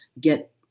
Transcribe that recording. get